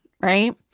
right